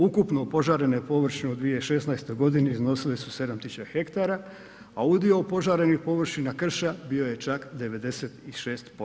Ukupno opožarene površine u 2016. g. iznosile su 7 tisuća hektara, a udio opožarenih površina krša bio je čak 96%